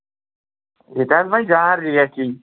ییٚتہِ حظ وۄنۍ جان ریٹ یی